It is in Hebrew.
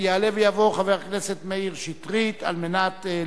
מאת חבר הכנסת יעקב כץ,